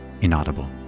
inaudible